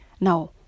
now